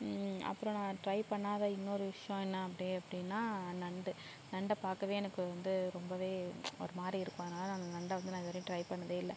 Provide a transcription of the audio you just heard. அப்றம் நான் ட்ரை பண்ணாத இன்னொரு விஷயம் என்ன அப்டியே அப்படின்னா நண்டு நண்டை பார்க்கவே எனக்கு வந்து ரொம்ப ஒரு மாதிரி இருக்கும் அதனால் நான் அந்த நண்டை வந்து நான் இது வரையும் ட்ரை பண்ணதே இல்லை